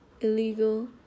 illegal